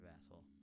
asshole